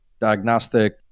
diagnostic